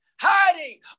hiding